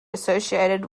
associated